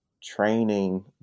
training